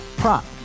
Prop